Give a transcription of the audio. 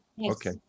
Okay